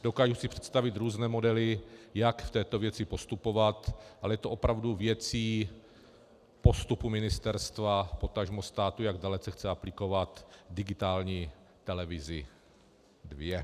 Dokážu si představit různé modely, jak v této věci postupovat, ale je to opravdu věcí postupu ministerstva, potažmo státu, jak dalece chce aplikovat digitální televizi dvě.